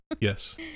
Yes